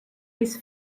his